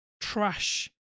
trash